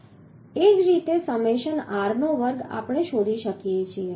એ જ રીતે summation r નો વર્ગ આપણે શોધી શકીએ છીએ